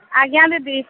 ଆଜ୍ଞା ଦିଦି